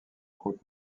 haute